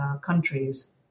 countries